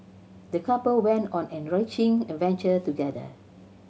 the couple went on an enriching adventure together